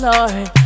Lord